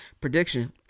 prediction